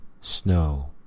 snow